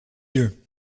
yeux